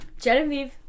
Genevieve